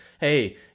hey